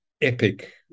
epic